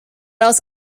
else